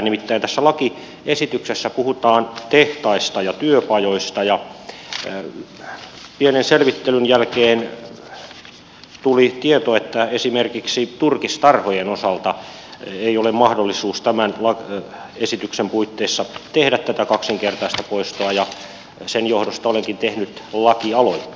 nimittäin tässä lakiesityksessä puhutaan tehtaista ja työpajoista ja pienen selvittelyn jälkeen tuli tieto että esimerkiksi turkistarhojen osalta ei ole mahdollisuutta tämän esityksen puitteissa tehdä tätä kaksinkertaista poistoa ja sen johdosta olenkin tehnyt lakialoitteen tästä asiasta